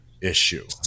issue